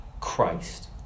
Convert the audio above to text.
Christ